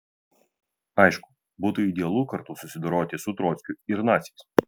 aišku būtų idealu kartu susidoroti su trockiu ir naciais